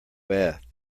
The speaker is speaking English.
bath